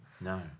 no